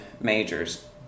majors